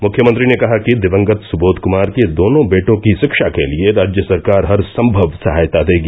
मुख्यमंत्री ने कहा कि दिवंगत सुबोध कुमार के दोनों बेटों की शिक्षा के लिए राज्य सरकार हरसंभव सहायता देगी